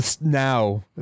now